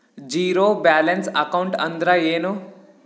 Zero balance account ಅಂದ್ರ ಏನು?